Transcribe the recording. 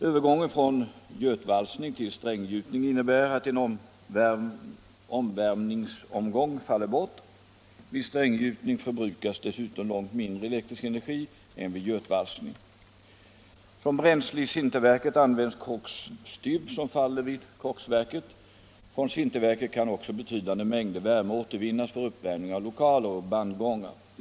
Övergången från götvalsning till stränggjutning innebär att en övervärmningsomgång faller bort. Vid stränggjutning förbrukas dessutom långt mindre elektrisk energi än vid götvalsning. Som bränsle i sinterverket används koksstybb som faller vid koksverket. Från sinterverket kan också betydande mängder värme återvinnas för uppvärmning av lokaler och bandgångar.